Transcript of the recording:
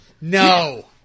No